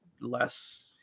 less